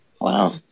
Wow